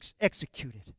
executed